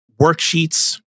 worksheets